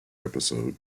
episode